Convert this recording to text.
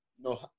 no